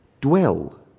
dwell